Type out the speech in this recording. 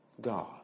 God